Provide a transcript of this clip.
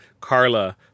Carla